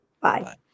bye